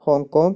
Hong Kong